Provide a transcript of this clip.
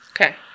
Okay